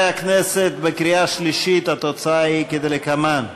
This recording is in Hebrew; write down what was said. חברי הכנסת, בקריאה שלישית התוצאה היא כדלקמן: